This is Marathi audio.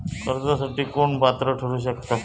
कर्जासाठी कोण पात्र ठरु शकता?